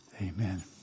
Amen